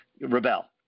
rebel